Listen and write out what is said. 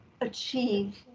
achieve